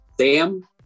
Sam